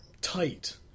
tight